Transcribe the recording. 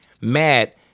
mad